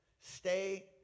Stay